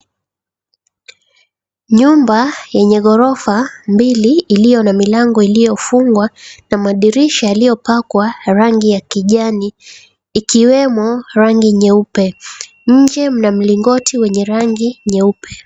Nyumba yenye ghorofa mbili iliyo na milango iliyofungwa na madirisha yaliyopakwa rangi ya kijani ikiwemo rangi nyeupe. Nje mna mlingoti wenye rangi nyeupe.